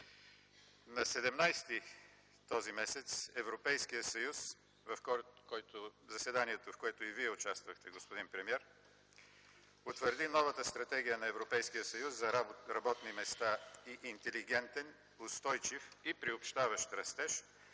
На 17 този месец Европейският съюз – заседанието, в което и Вие участвахте, господин премиер – потвърди новата стратегия на Европейския съюз за работни места и интелигентен, устойчив и приобщаващ растеж,